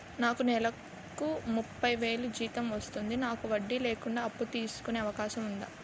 నాకు నేలకు ముప్పై వేలు జీతం వస్తుంది నాకు వడ్డీ లేకుండా అప్పు తీసుకునే అవకాశం ఉందా